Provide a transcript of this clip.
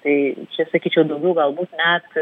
tai čia sakyčiau daugiau galbūt net